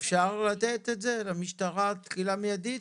אפשר לתת את זה למשטרה תחילה מיידית?